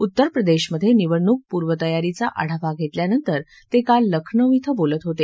उत्तरप्रदेशमधे निवडणूक पूर्वतयारीचा आढावा घेतल्यानंतर ते काल लखनौ इथं बोलत होते